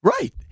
Right